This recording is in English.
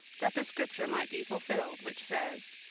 that the scripture might be fulfilled, which says,